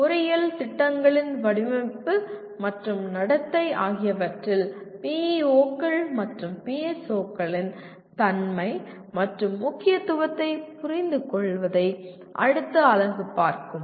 பொறியியல் திட்டங்களின் வடிவமைப்பு மற்றும் நடத்தை ஆகியவற்றில் PEO கள் மற்றும் PSO களின் தன்மை மற்றும் முக்கியத்துவத்தைப் புரிந்துகொள்வதை அடுத்த அலகு பார்க்கும்